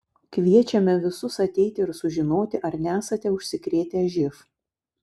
kviečiame visus ateiti ir sužinoti ar nesate užsikrėtę živ